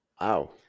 Wow